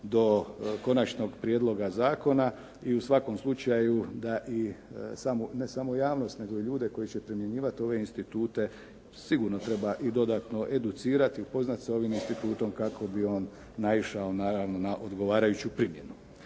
do konačnog prijedloga zakona i u svakom slučaju da i ne samo javnost, nego i ljude koji će primjenjivati ove institute sigurno treba i dodatno educirati i upoznati sa ovim institutom kako bi on naišao naravno na odgovarajuću primjenu.